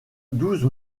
douze